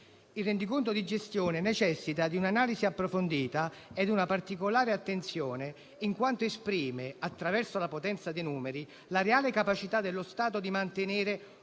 Il rendiconto di gestione necessità di un'analisi approfondita e di una particolare attenzione, in quanto esprime, attraverso la potenza di numeri, la reale capacità dello Stato di mantenere